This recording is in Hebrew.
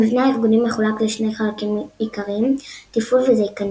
המבנה הארגוני מחולק לשני חלקים עיקריים תפעול וזכיינות.